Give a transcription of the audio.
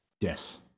Yes